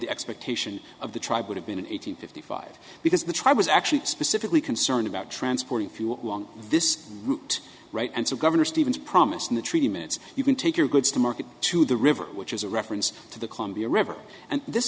the expectation of the tribe would have been eight hundred fifty five because the tribe was actually specifically concerned about transporting fuel along this route right and so governor stevens promised in the treaty minutes you can take your goods to market to the river which is a reference to the columbia river and this